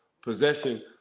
possession